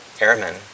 airmen